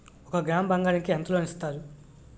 ఒక గ్రాము బంగారం కి ఎంత లోన్ ఇస్తారు?